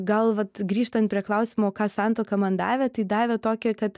gal vat grįžtant prie klausimo ką santuoka man davė tai davė tokį kad